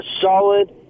solid